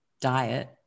diet